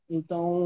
Então